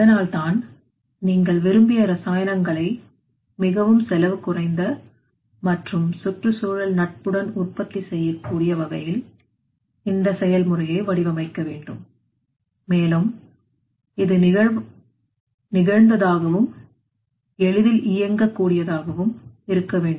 அதனால் தான் நீங்கள் விரும்பிய ரசாயனங்களை மிகவும் செலவு குறைந்த மற்றும் சுற்றுச்சூழல் நட்புடன் உற்பத்தி செய்யக்கூடிய வகையில் இந்த செயல்முறையை வடிவமைக்க வேண்டும் மேலும் இது நிகழ்ந்ததாகவும் எளிதில் இயங்கக் கூடியதாகவும் இருக்க வேண்டும்